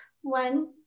one